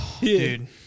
Dude